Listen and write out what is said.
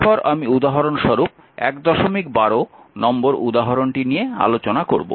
তারপর আমি উদাহরণস্বরূপ 112 নম্বর উদাহরণটি নিয়ে আলোচনা করব